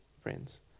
friends